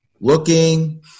looking